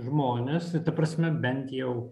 žmones ta prasme bent jau